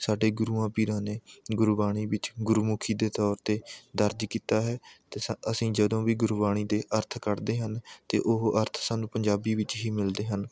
ਸਾਡੇ ਗੁਰੂਆਂ ਪੀਰਾਂ ਨੇ ਗੁਰਬਾਣੀ ਵਿੱਚ ਗੁਰਮੁਖੀ ਦੇ ਤੌਰ 'ਤੇ ਦਰਜ ਕੀਤਾ ਹੈ ਅਤੇ ਅਸੀਂ ਜਦੋਂ ਵੀ ਗੁਰਬਾਣੀ ਦੇ ਅਰਥ ਕੱਢਦੇ ਹਨ ਅਤੇ ਉਹ ਅਰਥ ਸਾਨੂੰ ਪੰਜਾਬੀ ਵਿੱਚ ਹੀ ਮਿਲਦੇ ਹਨ